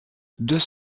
deux